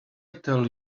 tell